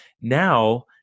now